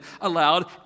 aloud